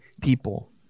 people